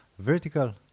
Vertical